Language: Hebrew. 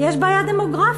יש בעיה דמוגרפית.